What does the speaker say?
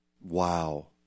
Wow